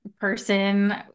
person